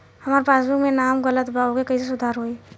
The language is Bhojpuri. हमार पासबुक मे नाम गलत बा ओके कैसे सुधार होई?